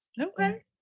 Okay